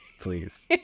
please